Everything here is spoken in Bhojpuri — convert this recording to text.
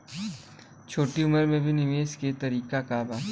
छोटी उम्र में भी निवेश के तरीका क बा?